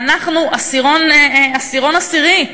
ואנחנו עשירון עשירי,